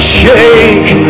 shake